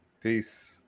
Peace